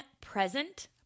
present